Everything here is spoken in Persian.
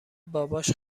باباش